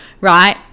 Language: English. right